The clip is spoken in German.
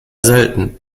selten